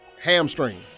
Hamstring